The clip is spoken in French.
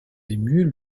émus